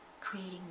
creating